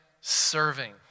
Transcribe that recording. serving